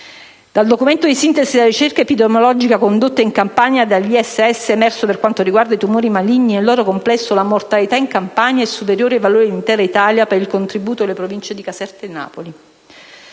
Dal documento di sintesi della ricerca epidemiologica condotta in Campania dall'ISS è emerso che per quanto riguarda i tumori maligni nel loro complesso, la mortalità in Campania è superiore ai valori dell'intera Italia per il contributo delle province di Caserta e di Napoli.